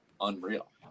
unreal